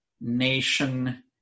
nation